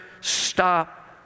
stop